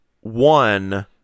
one